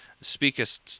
speakest